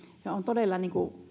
ja todella